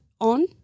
on